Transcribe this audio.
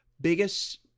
biggest